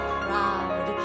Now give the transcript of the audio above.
proud